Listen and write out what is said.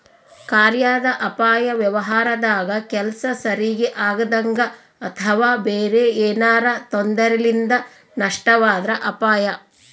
ಕಾರ್ಯಾದ ಅಪಾಯ ವ್ಯವಹಾರದಾಗ ಕೆಲ್ಸ ಸರಿಗಿ ಆಗದಂಗ ಅಥವಾ ಬೇರೆ ಏನಾರಾ ತೊಂದರೆಲಿಂದ ನಷ್ಟವಾದ್ರ ಅಪಾಯ